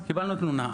קיבלנו תלונה,